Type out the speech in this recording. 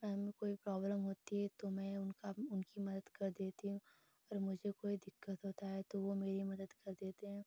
काम में कोई प्रॉब्लम होती है तो मैं उनका उनकी मदद कर देती हूँ और मुझे कोई दिक्कत होती है तो वह मेरी मदद कर देते हैं